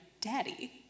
daddy